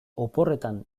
oporretan